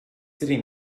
sitting